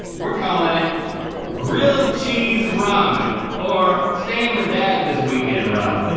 we're calling it grilled cheese ramen, or staying with dad this weekend ramen.